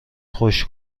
خوش